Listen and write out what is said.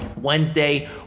Wednesday